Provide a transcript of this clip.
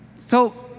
so